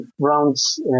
rounds